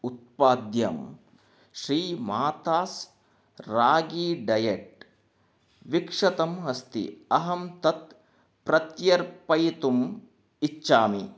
उत्पाद्यं श्रीमातास् रागी डैयेट् विक्षतम् अस्ति अहं तत् प्रत्यर्पयितुम् इच्छामि